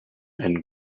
and